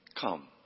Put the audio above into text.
Come